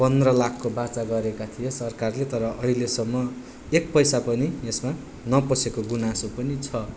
पन्ध्र लाखको बाचा गरेका थिए सरकारले तर अहिलेसम्म एक पैसा पनि यसमा नपसेको गुनासो पनि छ